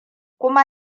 kuma